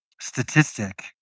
statistic